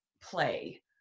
play